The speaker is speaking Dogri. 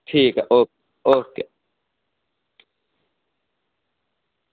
ठीक ऐ ओके